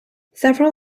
several